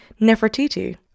nefertiti